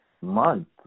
month